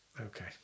okay